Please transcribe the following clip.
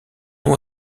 nom